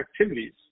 activities